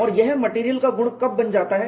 और यह मेटेरियल का गुण कब बन जाता है